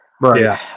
right